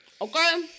Okay